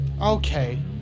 Okay